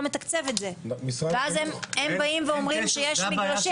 מתקצב את זה ואז הם באים ואומרים שיש מגרשים.